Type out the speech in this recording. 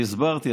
אני הסברתי,